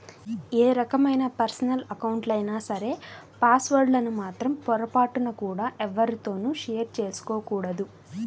ఏ రకమైన పర్సనల్ అకౌంట్లైనా సరే పాస్ వర్డ్ లను మాత్రం పొరపాటున కూడా ఎవ్వరితోనూ షేర్ చేసుకోకూడదు